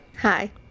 hi